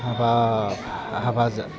हाबा हाबा जा